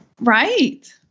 Right